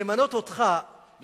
שלמנות אותך כשר הרווחה,